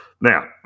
Now